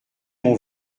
mon